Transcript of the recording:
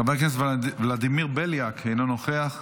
חבר הכנסת ולדימיר בליאק, אינו נוכח,